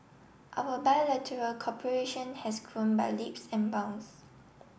our bilateral cooperation has grown by leaps and bounds